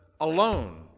alone